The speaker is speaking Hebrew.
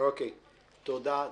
תודה.